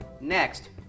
Next